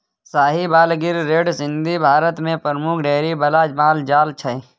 Sahiwal, Gir, red Sindhi Bharat मे प्रमुख dairy बला माल जाल छै